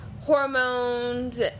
hormones